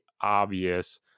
obvious